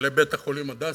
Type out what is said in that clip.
לבית-החולים "הדסה",